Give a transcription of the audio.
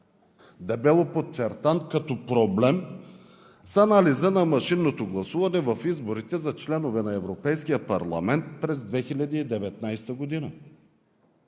дебело подчертан като проблем с анализа на машинното гласуване в изборите за членове на Европейския парламент през 2019 г.